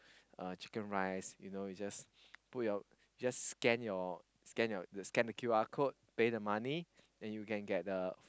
chicken rice you know just scan Q_R code and pay the money and get the